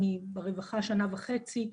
אני ברווחה שנה וחצי,